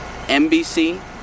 NBC